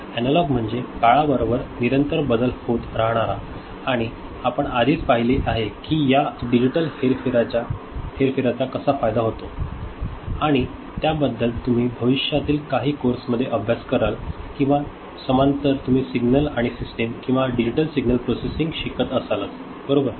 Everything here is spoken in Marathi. अॅनालॉग म्हणजे काळाबरोबर निरंतर बदल होत राहणारा आणि आपण आधीच पाहिले आहे की या डिजिटल हेरफेरचा कसा फायदा होतो आणि त्याबद्दल तुम्ही भविष्यातील काही कोर्समध्ये अभ्यास कराल किंवा समांतर तुम्ही सिग्नल आणि सिस्टीम किंवा डिजिटल सिग्नल प्रोसेसिंगमध्ये शिकत असालच बरोबर